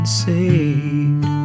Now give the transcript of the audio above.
saved